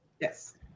Yes